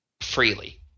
freely